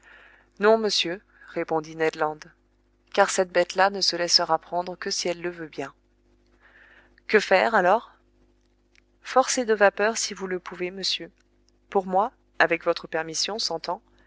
non monsieur répondit ned land car cette bête-là ne se laissera prendre que si elle le veut bien que faire alors forcer de vapeur si vous le pouvez monsieur pour moi avec votre permission s'entend